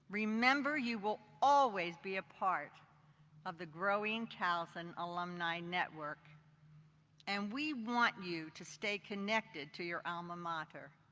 remember, you will always be a part of the growing towson alumni network and we want you to stay connected to your alma mater.